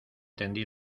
tendí